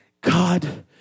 God